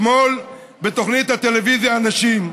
אתמול בתוכנית הטלוויזיה "אנשים"